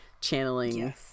channeling